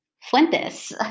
Fuentes